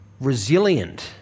resilient